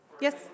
Yes